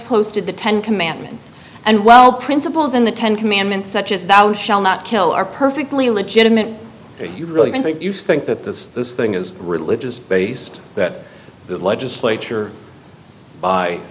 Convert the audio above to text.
post the ten commandments and well principles in the ten commandments such as thou shall not kill are perfectly legitimate do you really think that you think that this this thing is religious based that the legislature by